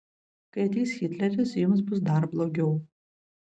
kai ateis hitleris jums bus dar blogiau